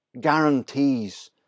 guarantees